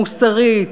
מוסרית,